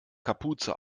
kapuze